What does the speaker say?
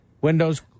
Windows